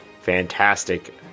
fantastic